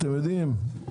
אתם יודעים,